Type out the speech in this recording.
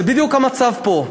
זה בדיוק המצב פה.